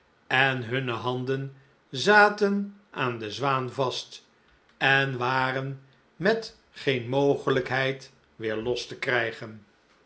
en hunne handen zaten aan de zwaan vast en waren met geen mogelijkheid weêr los te krijgen